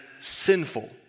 sinful